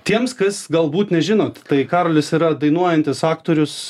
tiems kas galbūt nežinot tai karolis yra dainuojantis aktorius